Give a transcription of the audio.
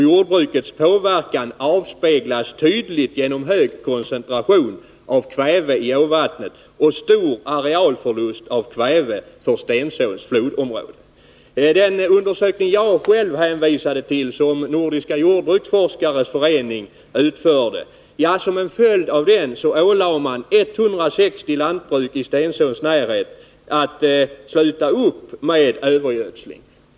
Jordbrukets påverkan avspeglas tydligt genom den höga koncentrationen av kväve i åvattnet och stor arealförlust på grund av kväve i Stensåns flodområde. 59 Som en följd av den undersökning som jag hänvisade till och som Nordiska jordbruksforskares förening utfört ålade man 160 lantbruk i Stensåns närhet att sluta upp med övergödsling.